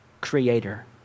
creator